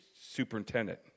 superintendent